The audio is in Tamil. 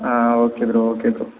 ah okay bro okay bro